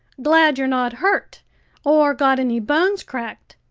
glad you're not hurt or got any bones cracked.